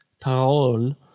parole